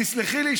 תסלחי לי,